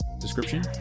description